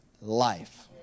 life